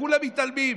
וכולם מתעלמים,